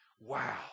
wow